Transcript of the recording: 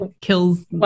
kills